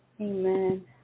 amen